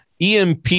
EMP